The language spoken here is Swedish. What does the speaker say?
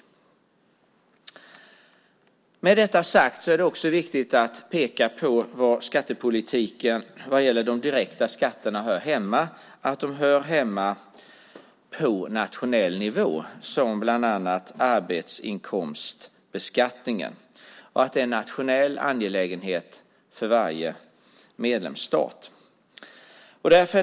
Med detta sagt är det också viktigt att peka på var skattepolitiken vad gäller de direkta skatterna hör hemma. De hör hemma på nationell nivå, som bland annat arbetsinkomstbeskattningen. Det är en nationell angelägenhet för varje medlemsstat.